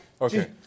Okay